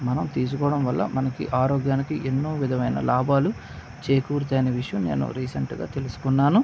మనం తీసుకోవడం వల్ల మనకి ఆరోగ్యానికి ఎన్నో విధమైన లాభాలు చేకూరుతాయని విషయం నేను రీసెంట్గా తెలుసుకున్నాను